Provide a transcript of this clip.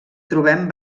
trobem